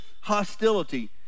hostility